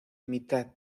mitad